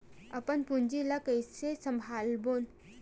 अपन पूंजी ला कइसे संभालबोन?